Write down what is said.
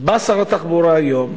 אז בא שר התחבורה היום,